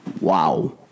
Wow